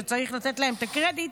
שצריך לתת להם את הקרדיט,